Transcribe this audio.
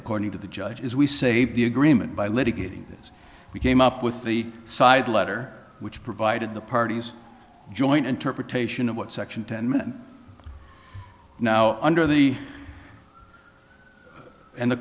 corning to the judge is we saved the agreement by litigating this we came up with the side letter which provided the parties joint interpretation of what section ten men now under the and the